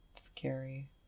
scary